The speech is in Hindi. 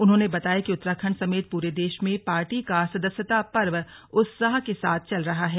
उन्होंने बताया कि उत्तराखंड समेत पूरे देश में पार्टी का सदस्यता पर्व उत्साह के साथ चल रहा है